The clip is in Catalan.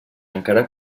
encara